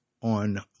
on